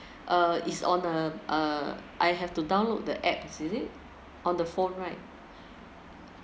uh is on uh uh I have to download the app is it on the phone right